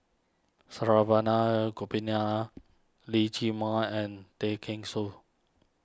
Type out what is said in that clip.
Saravanan Gopinathan Lee Chiaw Meng and Tay Kheng Soon